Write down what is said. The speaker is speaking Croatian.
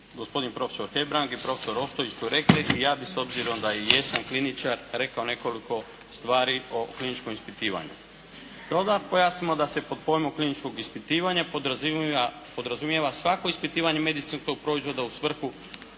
gospodin profesor Hebrang i profesor Ostojić su rekli, i ja bih s obzirom da i jesam kliničar rekao nekoliko stvari o kliničkom ispitivanju. Stoga pojasnimo da se pod pojmom kliničkog ispitivanja podrazumijeva svako ispitivanje medicinskog proizvoda u svrhu